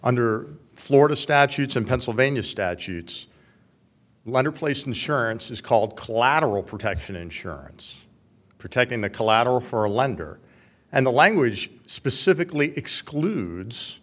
under florida statutes and pennsylvania statutes lender place insurance is called collateral protection insurance protecting the collateral for a lender and the language specifically excludes